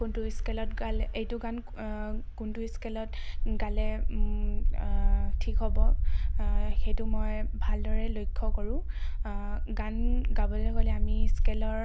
কোনটো স্কেলত গালে এইটো গান কোনটো স্কেলত গালে ঠিক হ'ব সেইটো মই ভালদৰে লক্ষ্য কৰোঁ গান গাবলৈ গ'লে আমি স্কেলৰ